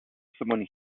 someone